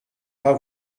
pas